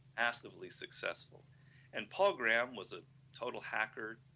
massively successful and paul graham was a total hacker,